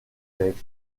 avec